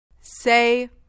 Say